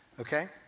Okay